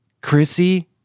Chrissy